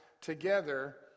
together